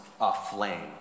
aflame